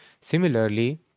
Similarly